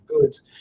goods